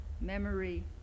memory